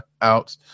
out